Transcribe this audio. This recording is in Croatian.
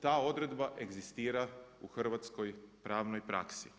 ta odredba egzistira u hrvatskoj pravnoj praksi.